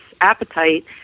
appetite